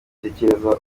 tekereza